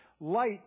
Light